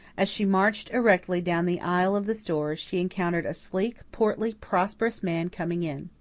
as she marched erectly down the aisle of the store, she encountered a sleek, portly, prosperous man coming in.